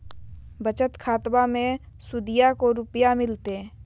बचत खाताबा मे सुदीया को रूपया मिलते?